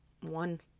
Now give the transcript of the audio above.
one